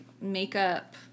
makeup